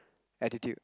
attitude